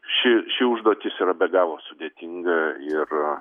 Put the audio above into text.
ši ši užduotis yra be galo sudėtinga ir